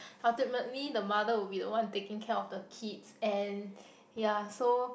ultimately the mother will be the one taking care of the kids and ya so